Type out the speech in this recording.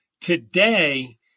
Today